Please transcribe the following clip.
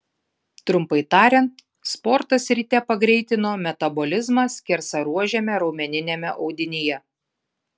trumpai tariant sportas ryte pagreitino metabolizmą skersaruožiame raumeniniame audinyje